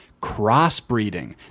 crossbreeding